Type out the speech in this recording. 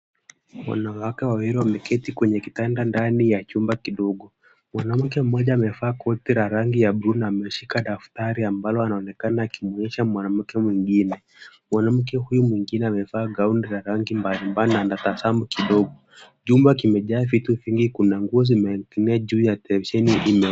Wanawake wawili wameketi kwenye kitanda ndani ya chumba kidogo . Mwanamke mmoja amevaa koti la rangi ya bluu na ameshika daftari ambalo anaonekana akionyesha mwanamke mwingine .Mwanamke huyu mwingine amevaa gauni la rangi mbalimbali na anatabasamu kidogo . Chumba kimejaa vitu vingi , kuna nguo zimeegemeaa juu ya besheni ile.